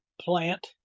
plant